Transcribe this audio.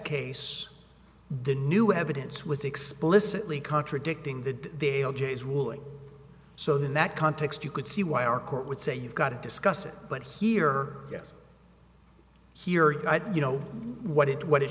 case the new evidence was explicitly contradicting the the o'jays ruling so that context you could see why our court would say you've got to discuss it but here yes here you know what it what it